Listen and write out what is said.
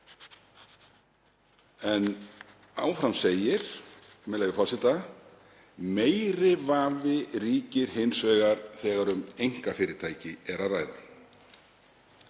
En áfram segir, með leyfi forseta: „Meiri vafi ríkir hins vegar þegar um einkafyrirtæki er að ræða.“